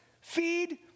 feed